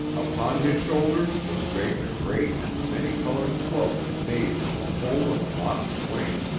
upon his shoulders was draped a great and many-colored cloak made from the whole of a moth's wing.